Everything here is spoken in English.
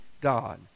God